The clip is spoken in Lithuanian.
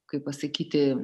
kaip pasakyti